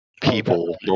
People